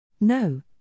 No